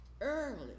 Early